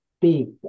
big